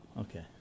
Okay